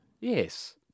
Yes